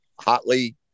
hotly